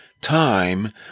time